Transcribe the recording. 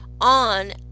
on